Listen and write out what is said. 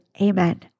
amen